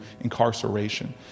incarceration